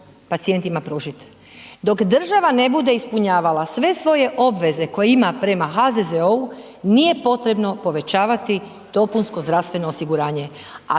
Dok država ne bude ispunjavala sve svoje obveze koje ima prema HZZO-u nije potrebno povećavati dopunsko zdravstveno osiguranje,